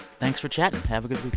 thanks for chatting. have a good